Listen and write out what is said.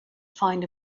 find